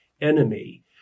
enemy